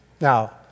Now